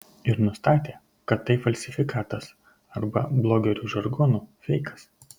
ir nustatė kad tai falsifikatas arba blogerių žargonu feikas